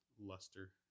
luster